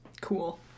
cool